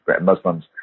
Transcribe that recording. Muslims